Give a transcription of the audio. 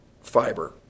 fiber